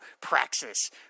Praxis